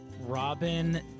Robin